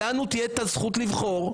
לנו תהיה את הזכות לבחור,